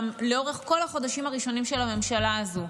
גם לאורך כל החודשים הראשונים של הממשלה הזו,